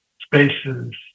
spaces